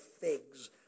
figs